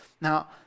Now